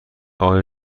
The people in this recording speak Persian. آیا